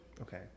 okay